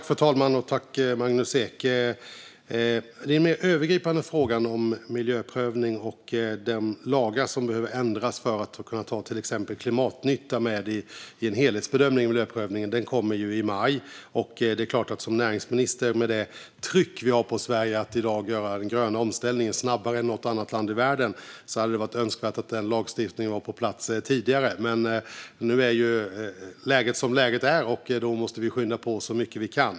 Fru talman! Den mer övergripande frågan om miljöprövning och de lagar som behöver ändras för att ta till exempel klimatnytta med i en helhetsbedömning i miljöprövningen kommer i maj. Med det tryck som finns på Sverige att i dag göra en grön omställning snabbare än något annat land i världen hade det varit önskvärt att lagstiftningen varit på plats tidigare. Men nu är läget som läget är, och då måste vi skynda på så mycket vi kan.